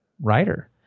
writer